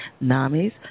NAMI's